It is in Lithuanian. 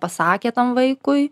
pasakė tam vaikui